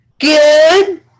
Good